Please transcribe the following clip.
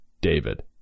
David